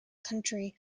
country